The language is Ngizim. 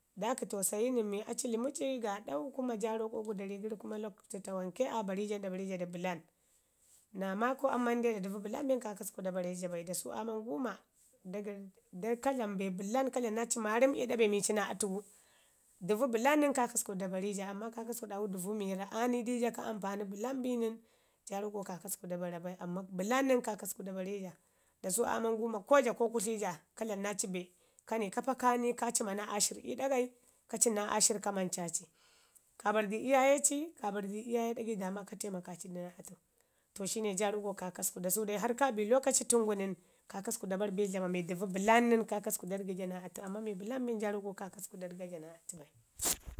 dai ki tausayi nən mii aci ləma ci gaaɗau kuma ja roƙo gu dari gəri kuma lakutu tamanke aa bari jan da bari jada bəlan naa maakau amman da dəuu bəlan bin kaa kasku da bare ja bai dasu aaman guuma da ka dlami be bəlan ka dlami naa ci maarən iiɗa be mii ci naa atu gu. Dəvu bəlan nən kaakasku da bare ja amman kaakasku ɗamuu dəvu mii aa ni di ja ampani kə bəlan bi nən jarokokaa kasku ku da bara bai amman bəlan nən kaakasku da bwe ja. Dasu aaman guuma ko ja ko kutli ja, ka dlamu naa ci be, ka ni kapa ka cima naa ashirr ii ɗagai naa aashirr kamanca ci kaa bari di iyaye ci, kaa bari di iyaye ɗagai dama ka taimakaaci du naa atu to shine ja roko kaakasku dasu dai harr kabe lokaci tən gu nən kaakasku da bari bi dlama mi dəvu bəlan nən kaakasku da dəgi naa atu amman mi bəlan bin ja roƙo kaakasku da ɗaga ja naa atu bai